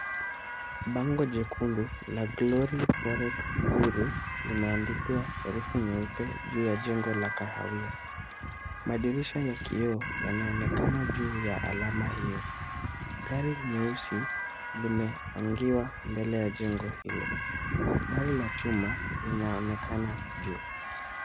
Bango jekundu la Glory Forex Bureau limeandikiwa herufi nyeupe juu ya jengo la kahawia. Madirisha ya kioo yanaonekana juu ya alama hiyo. Gari nyeusi limeangiwa mbele ya jengo hilo, gari la chuma linaonekana juu.